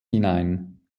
hinein